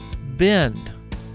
bend